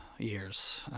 years